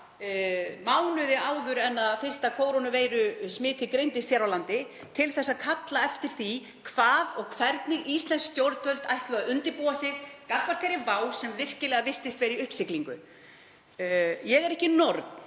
mánuði áður en fyrsta kórónuveirusmitið greindist hér á landi, til að kalla eftir því hvernig íslensk stjórnvöld ætluðu að undirbúa sig gagnvart þeirri vá sem virkilega virtist vera í uppsiglingu. Ég er ekki norn,